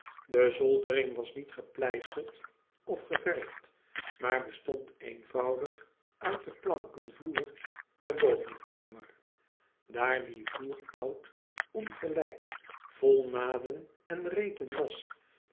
de zoldering was niet gepleisterd of geverfd maar bestond eenvoudig uit de planken vloer der bovenkamer daar die vloer oud ongelijk vol naden en reten was